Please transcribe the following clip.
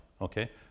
okay